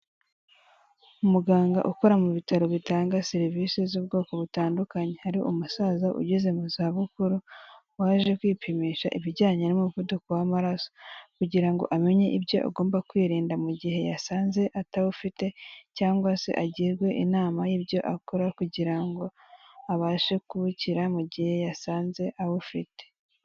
Umuganga ukora mu bitaro bitanga serivisi z'ubwoko butandukanye hari umusaza ugeze mu za bukuru waje kwipimisha ibijyanye n'umuvuduko w'amaraso kugira ngo amenye ibyo agomba kwirinda mu gihe yasanze atawufite cyangwa se agirwe inama y'ibyo akora kugira ngo abashe kuwukira mu gihe yasanze awufite.